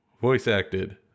voice-acted